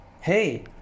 Hey